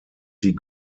sie